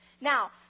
Now